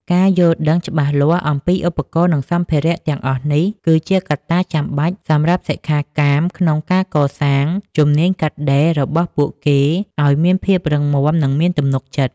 ការយល់ដឹងច្បាស់លាស់អំពីឧបករណ៍ និងសម្ភារៈទាំងអស់នេះ គឺជាកត្តាចាំបាច់សម្រាប់សិក្ខាកាមក្នុងការកសាងជំនាញកាត់ដេររបស់ពួកគេឱ្យមានភាពរឹងមាំ និងមានទំនុកចិត្ត។